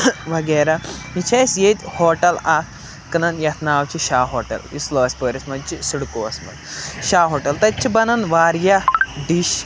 وَغیرہ یہِ چھِ اَسہِ ییٚتہِ ہوٹَل اَکھ کٕنان یَتھ ناو چھِ شاہ ہوٹَل یُس لٲسپوٗرِس منٛز چھِ سِڈکوہَس منٛز شاہ ہوٹَل تَتہِ چھِ بَنَن واریاہ ڈِش